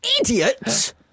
idiots